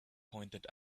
pointed